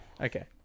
okay